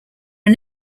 are